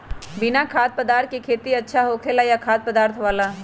बिना खाद्य पदार्थ के खेती अच्छा होखेला या खाद्य पदार्थ वाला?